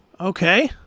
Okay